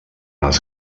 les